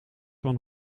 van